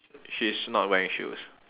she is not wearing shoes